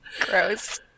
Gross